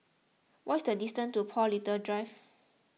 what is the distance to Paul Little Drive